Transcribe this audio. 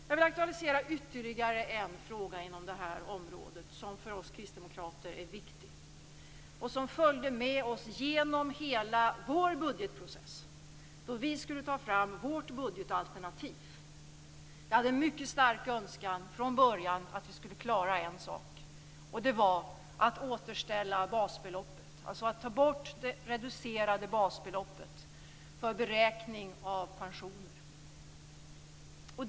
Jag vill aktualisera ytterligare en fråga inom det här området som är viktig för oss kristdemokrater och som följde med oss genom hela vår budgetprocess då vi skulle ta fram vårt budgetalternativ. Vi hade från början en mycket stark önskan att vi skulle klara en sak, och det var att återställa basbeloppet, dvs. att ta bort det reducerade basbeloppet för beräkning av pensioner.